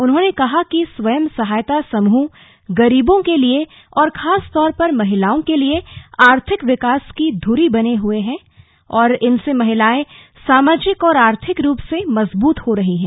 उन्होंने कहा कि स्व सहायता समृह गरीबों के लिए और खासकर महिलाओं के लिए आर्थिक विकास की ध्री बने हए हैं और इनसे महिलाएं सामाजिक और आर्थिक रूप से मजबूत हो रही हैं